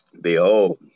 behold